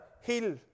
heal